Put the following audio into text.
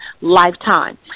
Lifetime